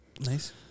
Nice